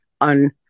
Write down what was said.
on